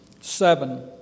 Seven